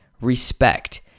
respect